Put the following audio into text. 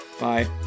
Bye